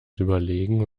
überlegen